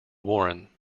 warren